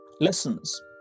lessons